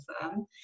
firm